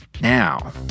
now